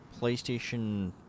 PlayStation